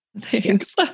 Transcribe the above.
Thanks